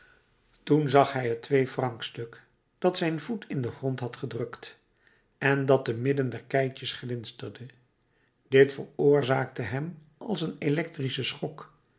toen zag hij het tweefrancstuk dat zijn voet in den grond had gedrukt en dat te midden der keitjes glinsterde dit veroorzaakte hem als een elektrieken schok